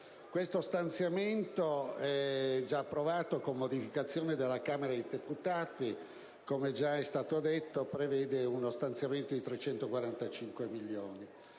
del 2011, già approvato con modificazioni dalla Camera dei deputati, come è già stato detto, prevede uno stanziamento di 345 milioni.